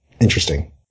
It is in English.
interesting